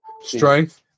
Strength